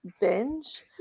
binge